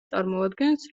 წარმოადგენს